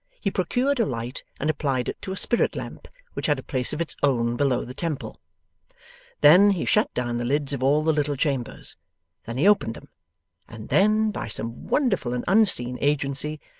he procured a light and applied it to a spirit-lamp which had a place of its own below the temple then, he shut down the lids of all the little chambers then he opened them and then, by some wonderful and unseen agency,